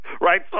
Right